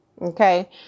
Okay